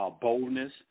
boldness